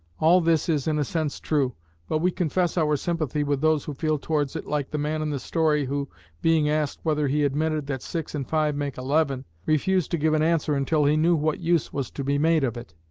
all this is, in a sense, true but we confess our sympathy with those who feel towards it like the man in the story, who being asked whether he admitted that six and five make eleven, refused to give an answer until he knew what use was to be made of it.